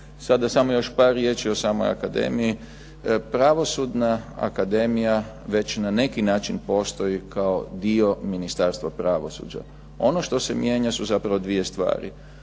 Sada samo još par riječi o samoj akademiji. Pravosudna akademija već na neki način postoji kao dio Ministarstva pravosuđa. Ono što se mijenja su zapravo 2 stvari.